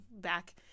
back –